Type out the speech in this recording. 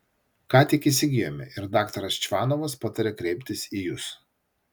ką tik įsigijome ir daktaras čvanovas patarė kreiptis į jus